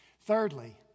Thirdly